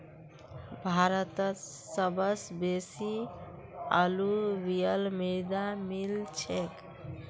भारतत सबस बेसी अलूवियल मृदा मिल छेक